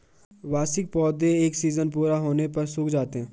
वार्षिक पौधे एक सीज़न पूरा होने पर सूख जाते हैं